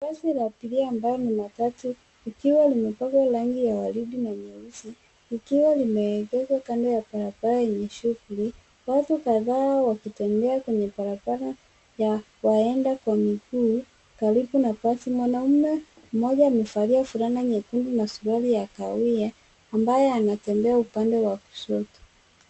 Basi la abiria ambalo ni matatu likiwa limepakwa rangi ya waridi na nyeusi, likiwa limeegeshwa kando ya barabara yenye shughuli. Watu kadhaa wakitembea kwenye barabara ya waenda kwa miguu karibu na basi. Mwanaume mmoja amevalia nyekundu na suruali ya kahawia ambaye anatembea upande wa kushoto.